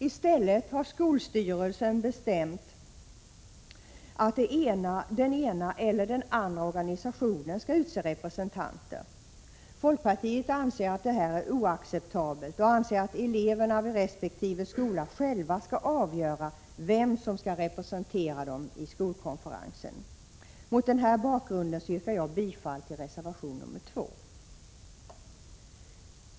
I stället har skolstyrelsen bestämt att den ena eller andra organisationen skall utse representanter. Folkpartiet anser att detta är oacceptabelt och anser att eleverna vid resp. skola själva skall avgöra vem som skall representera dem i skolkonferensen. Mot denna bakgrund yrkar jag bifall till reservation nr 2.